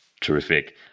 terrific